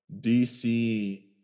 DC